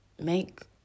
make